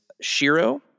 Shiro